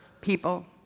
people